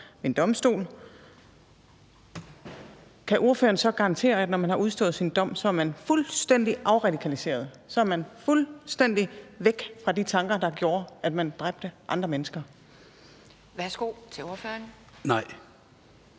ved en domstol, kan ordføreren så garantere, at man, når man har udstået sin dom, så er fuldstændig afradikaliseret, at man så er fuldstændig væk fra de tanker, der gjorde, at man dræbte andre mennesker? Kl. 11:43 Anden